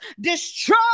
destroy